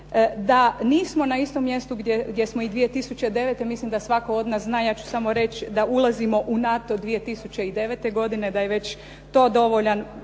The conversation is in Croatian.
Da nismo na istom mjestu gdje smo i 2009. mislim da svatko od nas zna, ja ću samo reći da ulazimo u NATO 2009. godine, da je već to dovoljan